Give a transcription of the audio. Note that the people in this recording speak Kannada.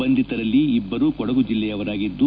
ಬಂಧಿತರಲ್ಲಿ ಇಬ್ಬರು ಕೊಡಗು ಜೆಲ್ಲೆಯವರಾಗಿದ್ದು